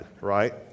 right